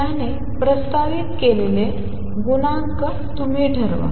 त्याने प्रस्तावित केलेले हे गुणांक तुम्ही ठरवा